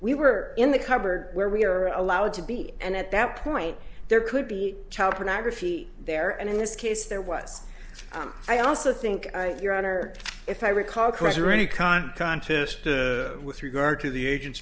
we were in the cupboard where we are allowed to be and at that point there could be child pornography there and in this case there was i also think your honor if i recall correctly con contest with regard to the agent